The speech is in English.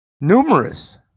numerous